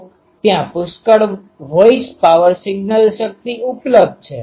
તો ત્યાં પુષ્કળ વોઇસ પાવર સિગ્નલ શક્તિ ઉપલબ્ધ છે